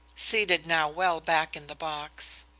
seated now well back in the box.